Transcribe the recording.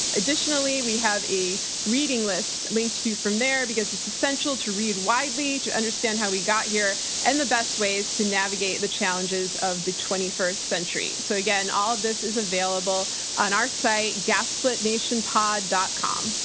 additionally, we have a reading list linked to you from there because it's essential to read widely to understand how we got here and the best ways to navigate the challenges of the twenty first century. so again, all of this is available on our site, gaslitnationpod. com